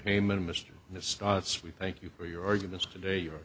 hayman mr it starts we thank you for your arguments today or